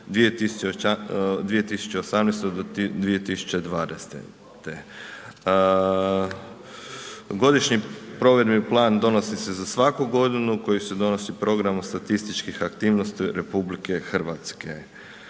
2018. do 2020. Godišnji provedbeni plan donosi se za svaku godinu koji se donosi programom statističkih aktivnosti RH.